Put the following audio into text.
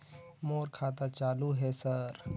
मोर खाता चालु हे सर?